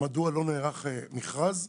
מדוע לא נערך מכרז?